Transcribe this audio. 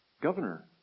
governor